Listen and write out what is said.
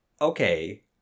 okay